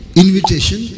invitation